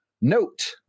Note